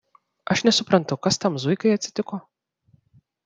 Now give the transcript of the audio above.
aš nesuprantu kas tam zuikai atsitiko